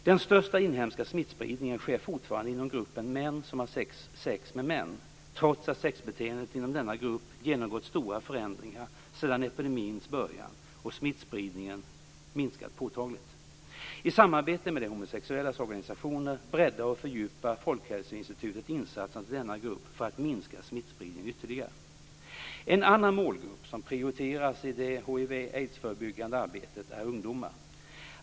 Den största inhemska smittspridningen sker fortfarande inom gruppen män som har sex med män, trots att sexbeteendet inom denna grupp genomgått stora förändringar sedan epidemins början och smittspridningen minskat påtagligt. I samarbete med de homosexuellas organisationer breddar och fördjupar Folkhälsoinstitutet insatserna till denna grupp för att minska smittspridningen ytterligare. En annan målgrupp som prioriteras i det hiv/aidsförebyggande arbetet är ungdomar.